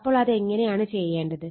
അപ്പോൾ അതെങ്ങനെയാണ് ചെയ്യേണ്ടത്